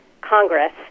Congress